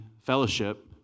fellowship